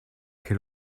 che